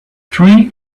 three